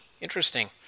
Interesting